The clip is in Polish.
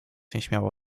nieśmiało